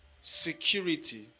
security